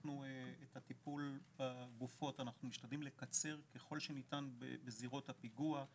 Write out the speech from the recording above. את הטיפול בגופות אנחנו משתדלים לקצר ככל שניתן בזירת האירוע.